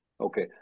Okay